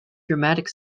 dramatic